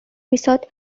পিছত